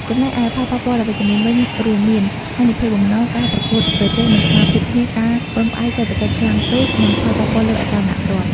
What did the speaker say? ចំណែកឯផលប៉ះពាល់អវិជ្ជមានវិញរួមមាន ហានិភ័យបំណុល ការប្រកួតប្រជែងមិនស្មើភាពគ្នា ការពឹងផ្អែកសេដ្ឋកិច្ចខ្លាំងពេក និងផលប៉ះពាល់លើអចលនទ្រព្យ។